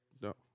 No